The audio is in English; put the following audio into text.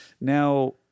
Now